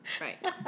Right